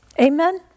Amen